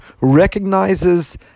recognizes